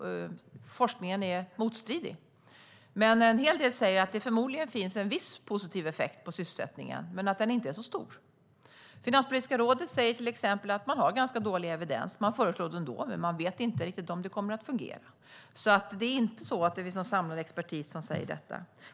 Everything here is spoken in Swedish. Forskningen är motstridig. Men en hel del säger att det förmodligen finns en viss positiv effekt på sysselsättningen, men den är inte så stor. Finanspolitiska rådet säger till exempel att man har ganska dålig evidens. Man föreslår det ändå, men man vet inte riktigt om det kommer att fungera. Det finns alltså inte någon samlad expertis som säger detta.